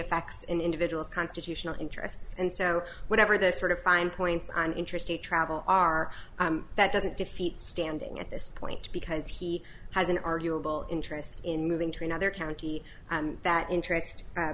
effects an individual's constitutional interests and so whatever the sort of fine points on intrastate travel are that doesn't defeat standing at this point because he has an arguable interest in moving to another county and that interest